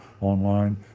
online